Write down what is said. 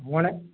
மூணே